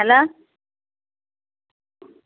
hello